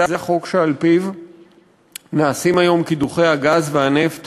זה החוק שעל-פיו נעשים היום קידוחי הגז והנפט